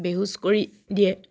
বেহুচ কৰি দিয়ে